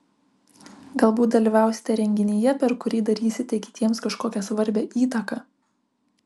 galbūt dalyvausite renginyje per kurį darysite kitiems kažkokią svarbią įtaką